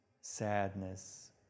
sadness